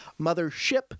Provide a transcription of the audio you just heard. mothership